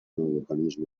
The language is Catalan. organisme